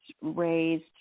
raised